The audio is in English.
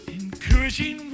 encouraging